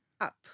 up